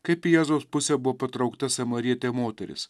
kaip į jėzaus pusė buvo patraukta samarietė moteris